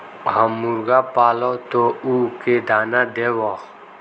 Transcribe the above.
हम मुर्गा पालव तो उ के दाना देव?